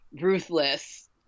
ruthless